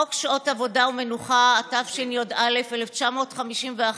חוק שעות עבודה ומנוחה, התשי"א 1951,